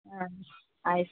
ಹಾಂ ಆಯಿತ್ರಿ